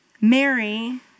Mary